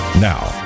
Now